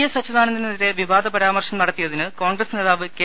S അച്യുതാനന്ദനെതിരെ വിവാദ പരാമർശം നടത്തിയതിന് കോൺഗ്രസ് നേതാവ് കെ